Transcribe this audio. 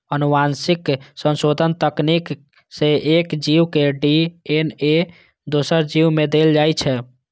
आनुवंशिक संशोधन तकनीक सं एक जीव के डी.एन.ए दोसर जीव मे देल जाइ छै